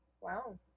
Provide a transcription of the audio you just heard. wow